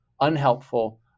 unhelpful